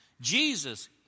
Jesus